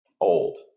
old